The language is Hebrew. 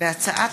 הצעת